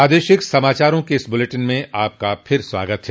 प्रादेशिक समाचारों के इस बुलेटिन में आपका फिर से स्वागत है